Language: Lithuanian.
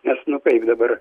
nes nu kaip dabar